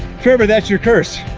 trevor, that's your curse.